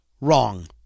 wrong